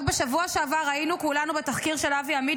רק בשבוע שעבר ראינו כולנו בתחקיר של אבי עמית